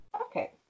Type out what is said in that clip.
okay